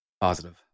Positive